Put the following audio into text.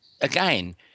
Again